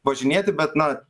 važinėti bet na